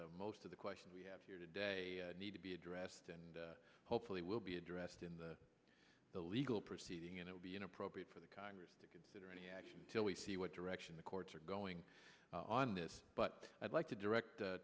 that most of the questions we have here today need to be addressed and hopefully will be addressed in the legal proceeding and it would be inappropriate for the congress to consider any action until we see what direction the courts are going on this but i'd like to direct